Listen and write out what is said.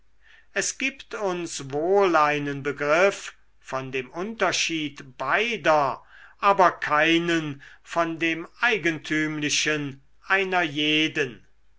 es gibt uns wohl einen begriff von dem unterschied beider aber keinen von dem eigentümlichen einer jeden